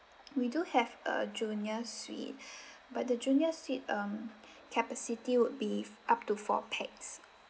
we do have a junior suite but the junior suite um capacity would be up to four pax